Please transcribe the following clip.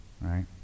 right